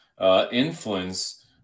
influence